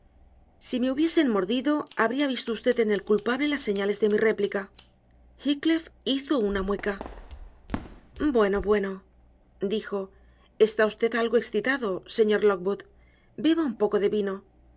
si me hubiesen mordido habría visto usted en el culpable las señales de mi réplica heathcliff hizo una mueca bueno bueno dijo está usted algo excitado señor lockwood beba un poco de vino